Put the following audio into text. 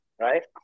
right